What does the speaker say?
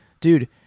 dude